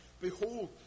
behold